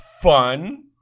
fun